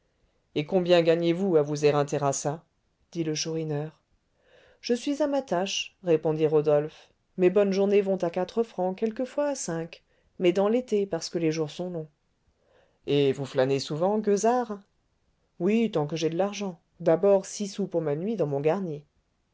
et combien gagnez-vous à vous éreinter à ça dit le chourineur je suis à ma tâche répondit rodolphe mes bonnes journées vont à quatre francs quelquefois à cinq mais dans l'été parce que les jours sont longs et vous flânez souvent gueusard oui tant que j'ai de l'argent d'abord six sous pour ma nuit dans mon garni